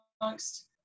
amongst